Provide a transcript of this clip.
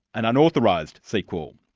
an unauthorised sequel!